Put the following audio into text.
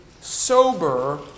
sober